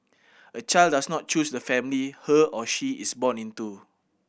a child does not choose the family her or she is born into